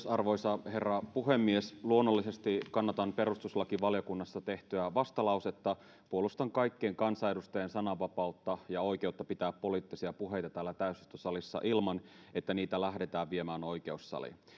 arvoisa herra puhemies luonnollisesti kannatan perustuslakivaliokunnassa tehtyä vastalausetta puolustan kaikkien kansanedustajien sananvapautta ja oikeutta pitää poliittisia puheita täällä täysistuntosalissa ilman että niitä lähdetään viemään oikeussaliin